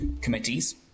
committees